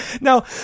Now